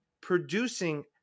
producing